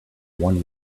one